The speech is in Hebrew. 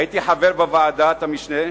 הייתי חבר בוועדת המשנה,